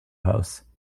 house